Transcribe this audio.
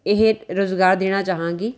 ਇਹ ਰੁਜ਼ਗਾਰ ਦੇਣਾ ਚਾਹਾਂਗੀ